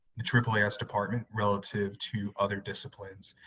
the aaas department, relative to other disciplines,